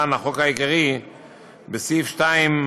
בסעיף 2,